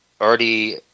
already